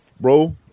Bro